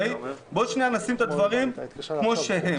בוא נשים את הדברים כמו שהם,